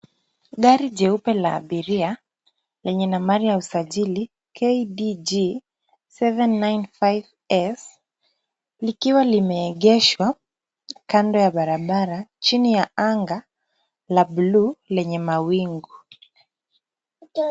Gari jeupe la abiria lenye nambari ya usajili KDG 795S, likiwa limeegeshwa kando ya barabara, chini ya anga la buluu lenye mawingu.